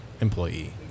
employee